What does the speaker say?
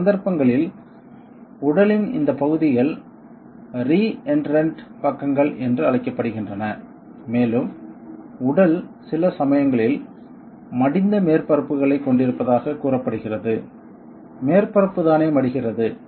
இந்த சந்தர்ப்பங்களில் உடலின் இந்த பகுதிகள் ரி எண்ட்ரண்ட் பக்கங்கள் என்று அழைக்கப்படுகின்றன மேலும் உடல் சில சமயங்களில் மடிந்த மேற்பரப்புகளைக் கொண்டிருப்பதாகக் கூறப்படுகிறது மேற்பரப்பு தானே மடிகிறது